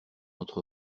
notre